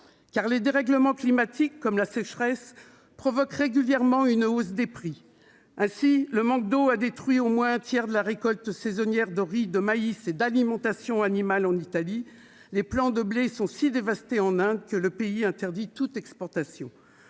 Car les dérèglements climatiques, comme la sécheresse, provoquent régulièrement une hausse des prix. Ainsi, en Italie, le manque d'eau a détruit au moins un tiers de la récolte saisonnière de riz, de maïs et d'alimentation animale ; en Inde, les plants de blé sont si dévastés que le pays interdit toute exportation.